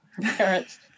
parents